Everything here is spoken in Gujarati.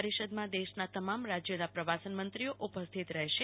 પરિષદમાં દેશના તમામ રાજયોના પ્રવાસન મંત્રીઓ ઉપસ્થિત રહેશે